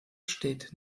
steht